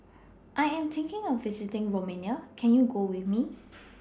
I Am thinking of visiting Romania Can YOU Go with Me